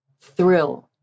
thrill